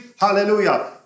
hallelujah